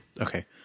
Okay